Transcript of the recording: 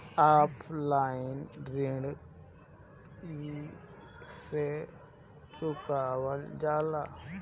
Offline ऋण कइसे चुकवाल जाला?